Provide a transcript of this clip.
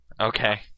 Okay